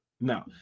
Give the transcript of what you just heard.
No